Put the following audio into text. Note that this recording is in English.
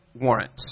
warrants